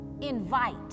invite